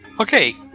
Okay